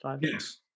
Yes